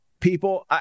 people